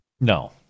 no